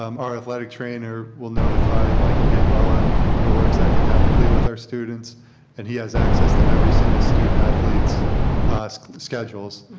um our athletic trainer will notify michael yeah but ah who works academically with our students and he has access to every single student athlete's schedules.